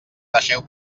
deixeu